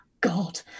God